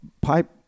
pipe